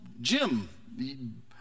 Jim